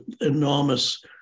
enormous